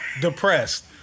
depressed